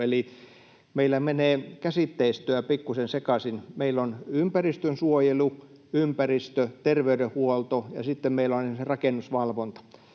eli meillä menee käsitteistöä pikkuisen sekaisin. Meillä on ympäristönsuojelu, ympäristöterveydenhuolto ja sitten meillä on esimerkiksi rakennusvalvonta.